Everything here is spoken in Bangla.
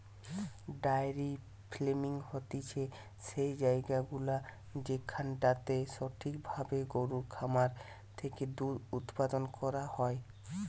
ডায়েরি ফার্মিং হতিছে সেই জায়গাগুলা যেখানটাতে সঠিক ভাবে গরুর খামার থেকে দুধ উপাদান করা হয়